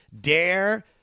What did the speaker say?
Dare